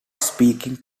speaking